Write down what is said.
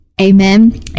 Amen